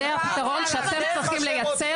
זה הפתרון שאתם צריכים לייצר.